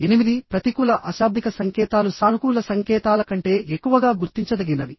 ఎనిమిది ప్రతికూల అశాబ్దిక సంకేతాలు సానుకూల సంకేతాల కంటే ఎక్కువగా గుర్తించదగినవి